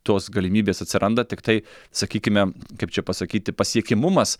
tos galimybės atsiranda tiktai sakykime kaip čia pasakyti pasiekiamumas